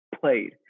played